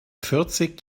vierzig